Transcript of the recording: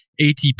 ATP